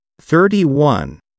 Thirty-one